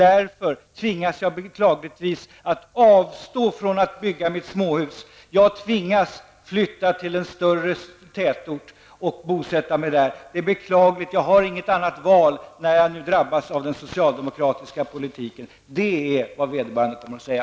Därför tvingas de beklagligt nog att avstå från att bygga ett småhus. De måste med andra ord flytta till en större tätort och bosätta sig där. De har inget annat val drabbade som de är av den socialdemokratiska politiken. Det kommer också vederbörande att säga.